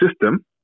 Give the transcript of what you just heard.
system